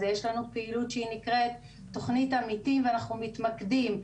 יש לנו פעילות שנקראת תוכנית עמיתים ואנחנו מתמקדים.